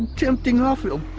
tempting offer